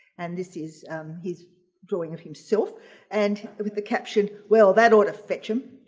and this is his drawing of himself and with the caption well that oughta fetch him!